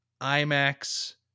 IMAX